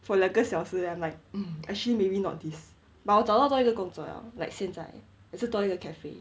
for 两个小时 then I'm like mm actually maybe not this but 我找到多一个工作了 like 现在也是多一个 cafe